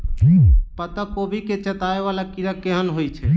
पत्ता कोबी केँ चाटय वला कीड़ा केहन होइ छै?